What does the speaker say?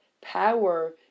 power